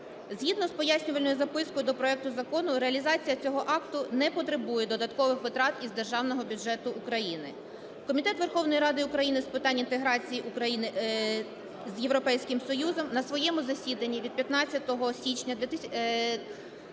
Згідно з пояснювальною запискою до проекту закону реалізація цього акту не потребує додаткових витрат з Державного бюджету України. Комітет Верховної Ради України з питань інтеграції України з Європейським Союзом на своєму засіданні від 15 січня 2020 року